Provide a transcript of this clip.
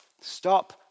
Stop